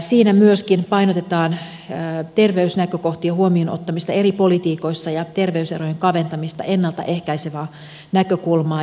siinä myöskin painotetaan terveysnäkökohtien huomioon ottamista eri politiikoissa ja terveyserojen kaventamista ennalta ehkäisevää näkökulmaa